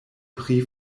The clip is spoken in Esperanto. pri